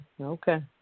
Okay